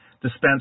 dispense